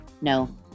No